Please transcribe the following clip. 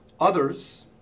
Others